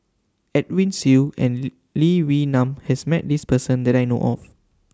Edwin Siew and Lee Wee Nam has Met This Person that I know of